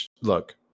Look